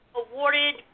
awarded